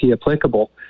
applicable